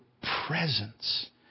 presence